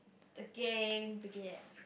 the game began